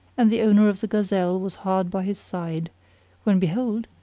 and the owner of the gazelle was hard by his side when behold,